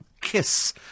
Kiss